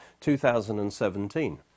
2017